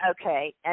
okay